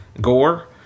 gore